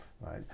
right